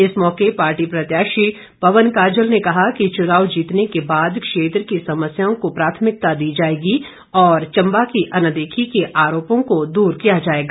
इस मौके पार्टी प्रत्याशी पवन काजल ने कहा कि चुनाव जीतने के बाद क्षेत्र की समस्याओं को प्राथमिकता दी जाएगी और चम्बा की अनदेखी के आरोपों को दूर किया जाएगा